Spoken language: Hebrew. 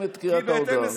הוא מדבר דברי טעם.